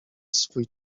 swój